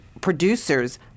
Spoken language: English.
producers